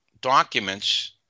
documents